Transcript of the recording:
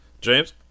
James